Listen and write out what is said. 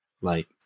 like-